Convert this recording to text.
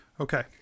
okay